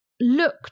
look